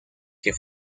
que